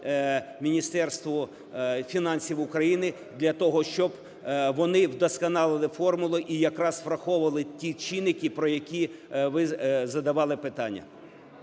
Міністерству фінансів України для того, щоб вони вдосконалили формулу і якраз враховували ті чинники, про які ви задавали питання.